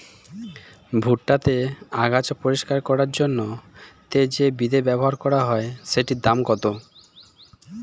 ভুট্টা তে আগাছা পরিষ্কার করার জন্য তে যে বিদে ব্যবহার করা হয় সেটির দাম কত?